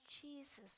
Jesus